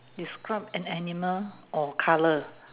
describe an animal or colour